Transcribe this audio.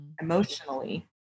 emotionally